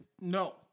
No